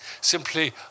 simply